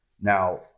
now